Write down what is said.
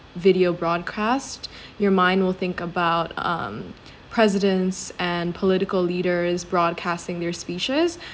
video broadcast your mind will think about um presidents and political leaders broadcasting their speeches